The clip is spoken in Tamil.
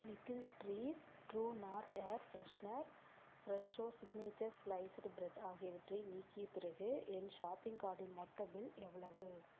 little Trees True North air freshener Fresho Signature sliced bread ஆகியவற்றை நீக்கிய பிறகு என் ஷாப்பிங் கார்ட்டின் மொத்த பில் எவ்வளவு